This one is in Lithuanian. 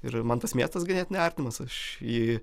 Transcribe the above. ir man tas miestas ganėtinai artimas aš jį